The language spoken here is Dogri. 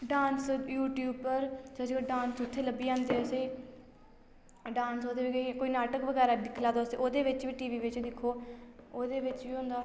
डांस यूट्यूब उप्पर सभने थमां पैह्लें डांस उत्थें बी लब्भी जांदे उत्थे असेंगी डांस ओह्दे कोई नाटक बगैरा दिक्खी लैओ तुस ते ओह्दे बिच्च बी टी वी बिच्च दिक्खो ओह्दे बिच्च बी होंदा